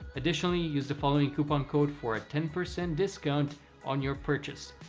additionally use the following coupon code for a ten percent discount on your purchase.